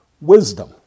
wisdom